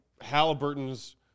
Halliburton's